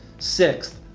sixth,